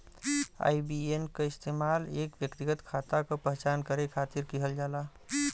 IBAN क इस्तेमाल एक व्यक्तिगत खाता क पहचान करे खातिर किहल जाला